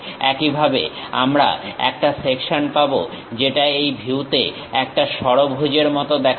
একইভাবে আমরা একটা সেকশন পাবো যেটা এই ভিউতে একটা ষড়ভুজের মত দেখাবে